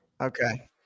Okay